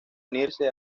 unirse